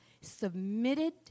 submitted